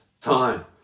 time